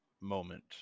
moment